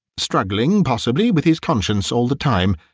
struggling possibly with his conscience all the time,